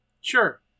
sure